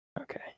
Okay